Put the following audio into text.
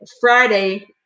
Friday